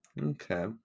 Okay